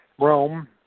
Rome